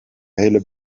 hele